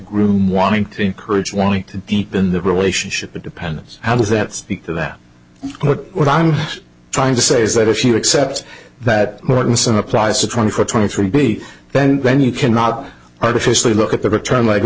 groom wanting to encourage one deep in the relationship it depends how does that speak to that but what i'm trying to say is that if you accept that mortenson applies to twenty four twenty three b then when you cannot artificially look at the return l